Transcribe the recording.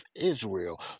Israel